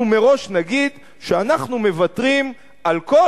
אנחנו מראש נגיד שאנחנו מוותרים על כל